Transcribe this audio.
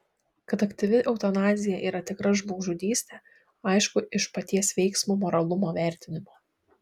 kad aktyvi eutanazija yra tikra žmogžudystė aišku iš paties veiksmo moralumo vertinimo